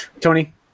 tony